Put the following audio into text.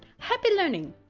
happy learning!